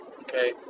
okay